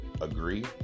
agree